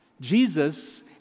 Jesus